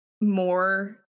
More